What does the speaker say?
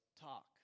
talk